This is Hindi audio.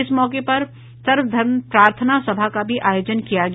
इस मौके पर सर्वधर्म प्रार्थना सभा का भी आयोजन किया गया